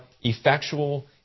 effectual